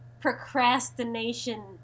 procrastination